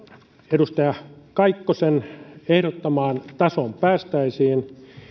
edustaja kaikkosen ehdottamaan tasoon päästäisiin